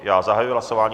Já zahajuji hlasování.